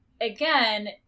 Again